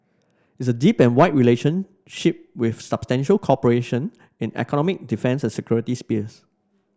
it's a deep and wide relationship with substantial cooperation in economic defence and security spheres